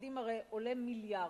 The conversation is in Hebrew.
שינוי במספר תלמידים הרי עולה מיליארדים,